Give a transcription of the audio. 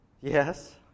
Yes